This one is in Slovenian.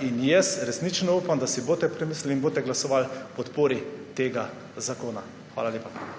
in jaz resnično upam, da si boste premislili in boste glasovali za podporo tega zakona. Hvala lepa.